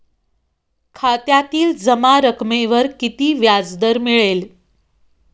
खात्यातील जमा रकमेवर किती व्याजदर मिळेल?